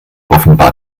offenbar